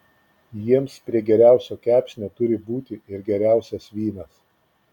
jiems prie geriausio kepsnio turi būti ir geriausias vynas